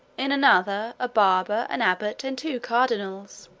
in another, a barber, an abbot, and two cardinals.